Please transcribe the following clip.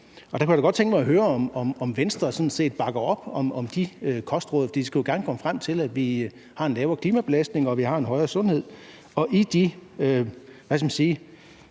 Der kunne jeg da godt tænke mig at høre, om Venstre sådan set bakker op om de kostråd, for det skulle jo gerne komme frem til, at vi har en lavere klimabelastning, og at vi har en højere sundhed. I de syv punkter,